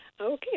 Okay